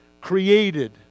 created